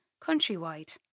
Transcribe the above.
Countrywide